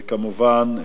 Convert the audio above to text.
וכמובן,